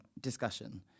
discussion